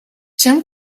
чим